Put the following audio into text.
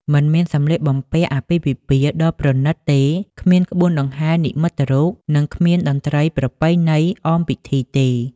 មិនមានសម្លៀកបំពាក់អាពាហ៍ពិពាហ៍ដ៏ប្រណិតទេ គ្មានក្បួនដង្ហែនិមិត្តរូប និងគ្មានតន្ត្រីប្រពៃណីអមពិធីទេ។